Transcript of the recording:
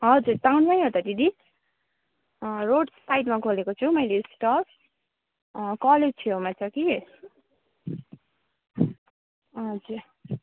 हजुर टाउनमै हो त दिदी रोड साइडमा खोलेको छु मैले स्टल कलेज छेउमा छ कि हजुर